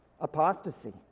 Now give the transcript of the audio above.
apostasy